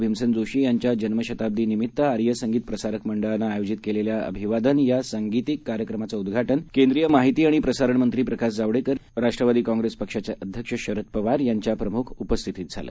भीमसेनजोशीयांच्याजन्मशताब्दीनिमित्तआर्यसंगीतप्रसारकमंडळानंआयोजितकेलेल्याअभिवादनयासांगीतिककार्यक्रमाचं उद्घाटनकेंद्रीयमाहितीआणिप्रसारणमंत्रीप्रकाशजावडेकर राष्ट्रवादीकॉंग्रेसपक्षाचेअध्यक्षशरदपवारयांच्याप्रमुखउपस्थितीतझालं